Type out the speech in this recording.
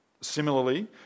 Similarly